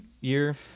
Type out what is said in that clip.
year